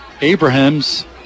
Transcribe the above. Abrahams